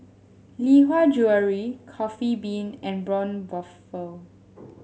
Lee Hwa Jewellery Coffee Bean and Braun Buffel